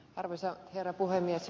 arvoisa herra puhemies